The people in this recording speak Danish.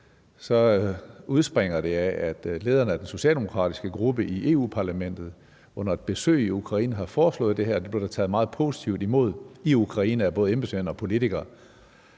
udspringer det af, at lederen af den socialdemokratiske gruppe i Europa-Parlamentet under et besøg i Ukraine har foreslået det her, og at der blev taget meget positivt imod det i Ukraine af både embedsmænd og politikere.